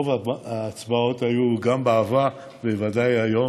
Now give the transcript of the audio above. רוב ההצבעות היו, גם בעבר ובוודאי היום,